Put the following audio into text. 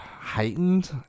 heightened